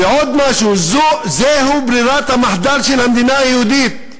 ועוד משהו, זוהי ברירת המחדל של המדינה היהודית.